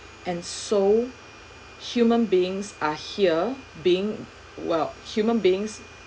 and so human beings are here being well human beings